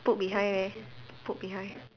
put behind eh put behind